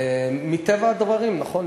מטבע הדברים, נכון.